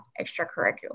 extracurricular